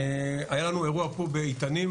היה לנו אירוע פה באיתנים,